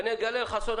אגלה לך סוד,